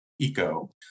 Eco